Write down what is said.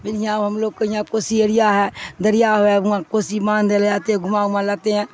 پھر یہاں ہم لوگ یہاں کوسیی ایریا ہے دریا ہو ہے وہاں کوسیی ماندھنےے جتے ہیں گھما وما لتے ہیں